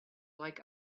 like